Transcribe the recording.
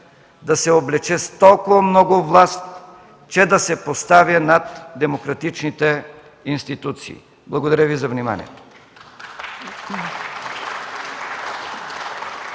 да се облича с толкова много власт, че да се поставя над демократичните институции. Благодаря Ви за вниманието.